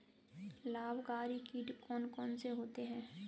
लाभकारी कीट कौन कौन से होते हैं?